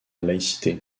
laïcité